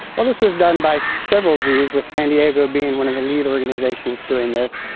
ah this was done by several zoos, with san diego being one of the lead organisations doing this.